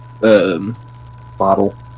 bottle